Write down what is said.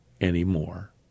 anymore